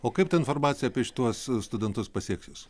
o kaip ta informacija apie šituos studentus pasieks jus